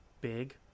big